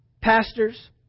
pastors